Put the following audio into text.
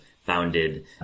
Founded